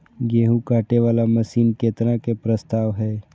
गेहूँ काटे वाला मशीन केतना के प्रस्ताव हय?